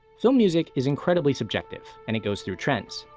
film music is incredibly subjective and it goes through trends.